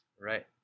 Right